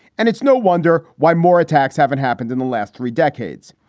and it's no wonder why more attacks haven't happened in the last three decades.